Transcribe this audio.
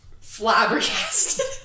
flabbergasted